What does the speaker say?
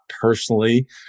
personally